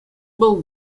был